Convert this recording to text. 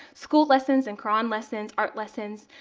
school lessons and quran lessons, art lessons,